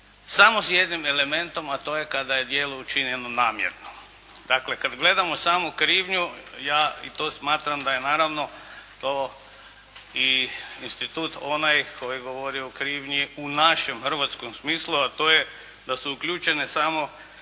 samo s jednim elementom, a to je kada je djelo učinjeno namjerno. Dakle kada gledamo samo krivnju, ja i to smatram da je naravno to i institut onaj koji govori o krivnji u našem hrvatskom smislu, a to je da su uključene samo